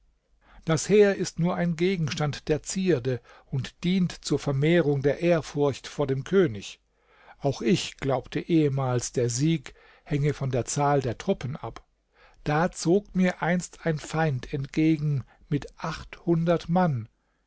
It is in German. das heer ist nur ein gegenstand der zierde und dient zur vermehrung der ehrfurcht vor dem könig auch ich glaubte ehemals der sieg hänge von der zahl der truppen ab da zog mir einst ein feind entgegen mit achthundert mann